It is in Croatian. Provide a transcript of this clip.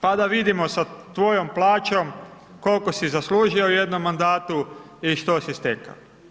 Pa da vidimo sa tvojom plaćom, koliko si zaslužio u jednom mandatu i što si stekao.